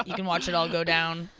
ah can watch it all go down.